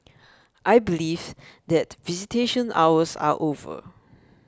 I believe that visitation hours are over